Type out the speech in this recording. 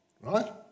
right